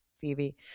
Phoebe